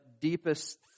deepest